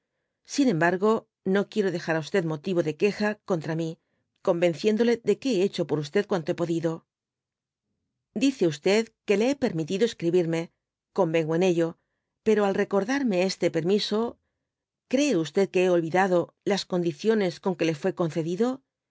sin embargo no quiero dejar á motivo de queja contra mí convenciéndole de que hé hecho por cuanto hé podido dice que le hé permitido escribirme convengo en ello pero al recordarme este permiso cree que hé olvidado las condiciones con que le fué concedido